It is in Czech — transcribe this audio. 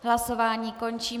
Hlasováním končím.